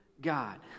God